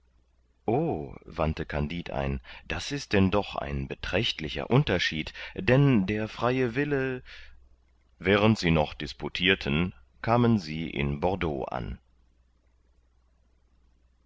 wandte kandid ein das ist denn doch ein beträchtlicher unterschied denn der freie wille während sie noch disputirten kamen sie in bordeaux an